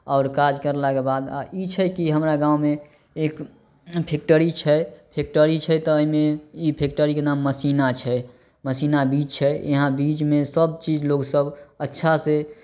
आओर काज करलाके बाद ई छै कि हमरा गाँवमे एक फैक्टरी छै फैक्टरी छै तऽ ओहिमे ई फैक्टरीके नाम मसीना छै मसीना बीज छै यहाँ बीजमे सबचीज लोग सब अच्छा से